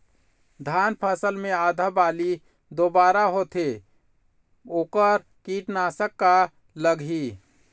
धान फसल मे आधा बाली बोदरा होथे वोकर कीटनाशक का लागिही?